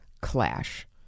clash